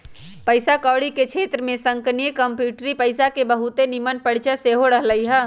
पइसा कौरी के क्षेत्र में संगणकीय कंप्यूटरी पइसा के बहुते निम्मन परिचय सेहो रहलइ ह